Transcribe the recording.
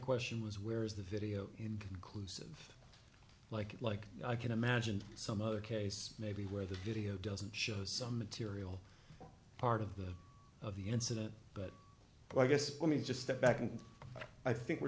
question was where is the video inconclusive like like i can imagine some other case maybe where the video doesn't show some material part of the of the incident but i guess let me just step back and i think we're